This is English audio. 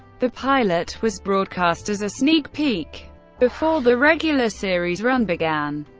the pilot was broadcast as a sneak peek before the regular series run began.